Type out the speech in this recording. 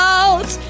Out